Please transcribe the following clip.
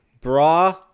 bra